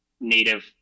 native